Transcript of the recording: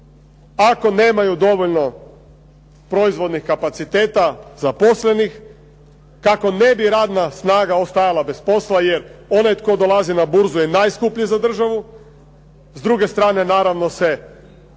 ako nemaju dovoljno proizvodnih kapaciteta zaposlenih, kako ne bi radna snaga ostajala bez posla, jer onaj tko dolazi na burzu je najskuplji za državu. S druge strane naravno se radno